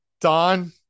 Don